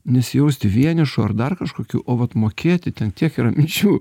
nesijausti vienišu ar dar kažkokiu o vat mokėti ten tiek yra minčių